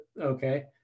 Okay